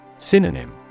Synonym